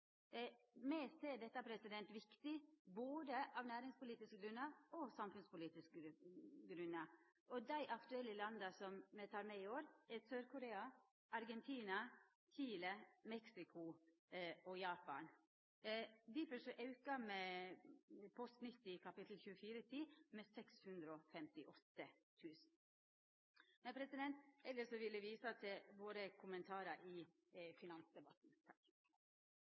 Me ser dette som viktig, både av næringspolitiske og samfunnspolitiske grunnar. Dei aktuelle landa me tar med i år, er Sør-Korea, Argentina, Chile, Mexico og Japan. Difor aukar me kap. 2410 post 90 med 658 000 kr. Elles vil eg visa til våre kommentarar i finansdebatten.